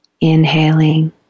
inhaling